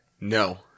No